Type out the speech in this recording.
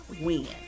win